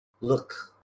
look